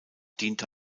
diente